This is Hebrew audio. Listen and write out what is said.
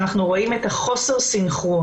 שאנחנו רואים את חוסר הסנכרון.